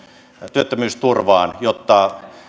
työttömyysturvaan jotta